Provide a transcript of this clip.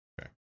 Okay